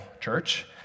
church